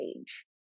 age